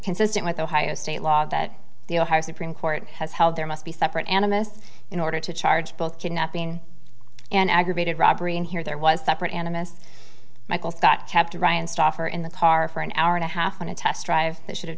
consistent with the ohio state law that the ohio supreme court has held there must be separate animists in order to charge both kidnapping and aggravated robbery and here there was a separate animists michael scott kept ryan stauffer in the car for an hour and a half on a test drive that should have